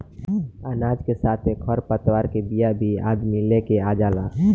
अनाज के साथे खर पतवार के बिया भी अदमी लेके आ जाला